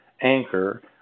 Anchor